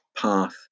Path